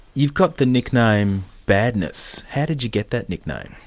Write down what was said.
you've got the nickname badness how did you get that nickname?